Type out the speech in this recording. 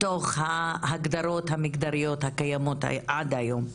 תוך ההגדרות המגדריות הקיימות הללו עד היום.